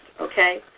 okay